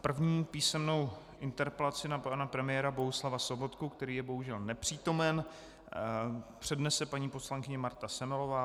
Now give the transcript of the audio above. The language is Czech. První písemnou interpelaci na pana premiéra Bohuslava Sobotku, který je bohužel nepřítomen, přednese paní poslankyně Marta Semelová.